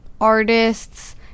artists